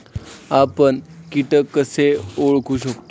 आपण कीटक कसे ओळखू शकतो?